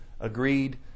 agreed